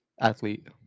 athlete